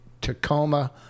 Tacoma